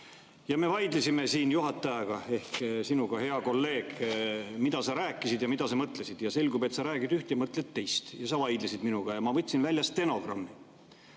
Me vaidlesime siin juhatajaga ehk sinuga, hea kolleeg, [selle üle,] mida sa rääkisid ja mida sa mõtlesid. Selgub, et sa räägid ühte, aga mõtled teist. Sa vaidlesid minuga ja ma võtsin välja stenogrammi. Kell